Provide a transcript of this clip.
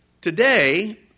Today